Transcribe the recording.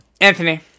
Anthony